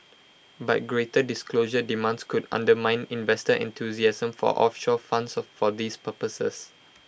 but greater disclosure demands could undermine investor enthusiasm for offshore funds of for these purposes